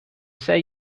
say